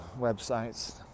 websites